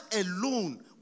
alone